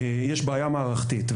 יש בעיה מערכתית.